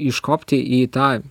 iškopti į tą